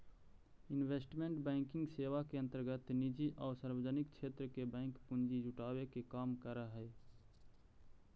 investment banking सेवा के अंतर्गत निजी आउ सार्वजनिक क्षेत्र के बैंक पूंजी जुटावे के काम करऽ हइ